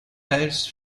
ads